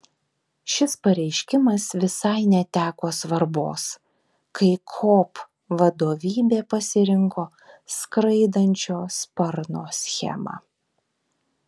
šis pareiškimas visai neteko svarbos kai kop vadovybė pasirinko skraidančio sparno schemą